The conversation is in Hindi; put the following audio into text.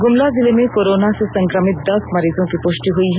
गुमला जिले में कोरोना से संक्रमित दस मरीजों की पुष्टि हुई है